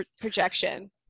projection